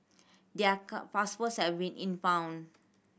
their passports have been impounded